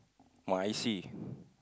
my I C